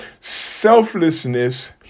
selflessness